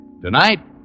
Tonight